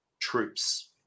troops